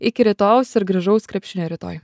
iki rytojaus ir gražaus krepšinio rytoj